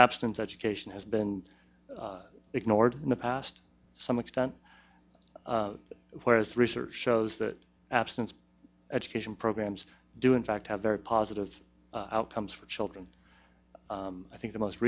abstinence education has been ignored in the past some extent whereas research shows that absence education programs do in fact have very positive outcomes for children i think the most